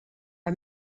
are